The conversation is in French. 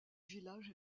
village